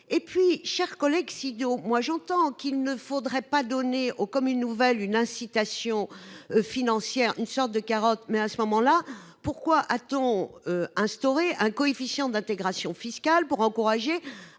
En outre, cher collègue Sido, vous affirmez qu'il ne faudrait pas donner aux communes nouvelles une incitation financière, une sorte de carotte, mais, dans ce cas, pourquoi a-t-on instauré un coefficient d'intégration fiscale pour encourager à